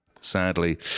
Sadly